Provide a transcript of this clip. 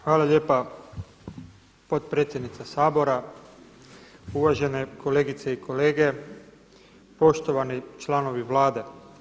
Hvala lijepa potpredsjednice Sabora, uvažene kolegice i kolege, poštovani članovi Vlade.